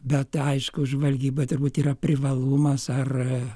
bet aišku žvalgyba turbūt yra privalumas ar